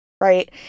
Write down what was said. right